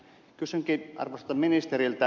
kysynkin arvoisalta ministeriltä